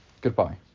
goodbye